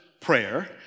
prayer